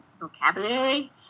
vocabulary